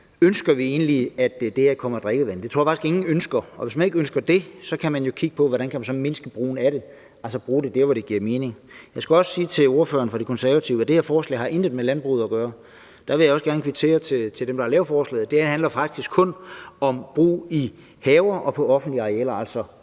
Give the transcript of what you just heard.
ønsker vi egentlig, at det her kommer i drikkevandet? Det tror jeg faktisk ingen ønsker. Og hvis man ikke ønsker det, kan man jo kigge på, hvordan man så kan mindske brugen af det, altså bruge det der, hvor det giver mening. Jeg skal også sige til ordføreren for De Konservative, at det her forslag intet har med landbruget at gøre. Det vil jeg også gerne kvittere for til dem, der har lavet forslaget. Det her handler faktisk kun om brug i haver og på offentlige arealer, altså